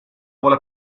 vuole